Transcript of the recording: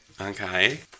Okay